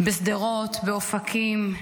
בשדרות, באופקים,